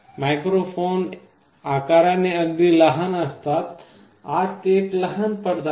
micro phone आकाराने अगदी लहान असतात आत एक लहान पडदा आहे